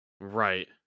Right